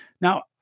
Now